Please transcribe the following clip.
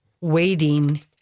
waiting